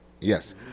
yes